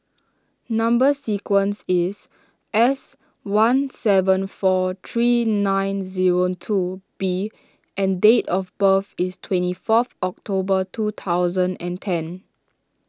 Number Sequence is S one seven four three nine zero two B and date of birth is twenty fourth October two thousand and ten